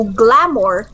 glamour